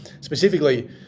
specifically